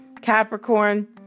Capricorn